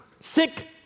Sick